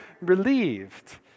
relieved